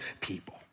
people